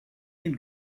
and